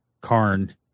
Karn